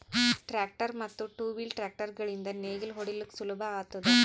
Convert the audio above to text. tractor ಮತ್ತ್ two wheel tractor ಗಳಿಂದ್ ನೇಗಿಲ ಹೊಡಿಲುಕ್ ಸುಲಭ ಆತುದ